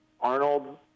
Arnold